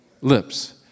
lips